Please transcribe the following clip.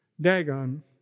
Dagon